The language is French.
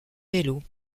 vélos